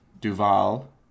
Duval